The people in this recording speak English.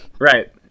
Right